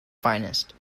finest